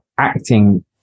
acting